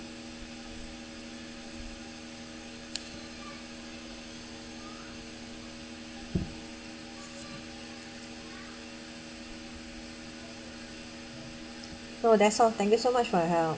no that's all thank you so much for your help